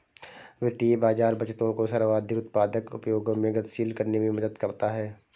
वित्तीय बाज़ार बचतों को सर्वाधिक उत्पादक उपयोगों में गतिशील करने में मदद करता है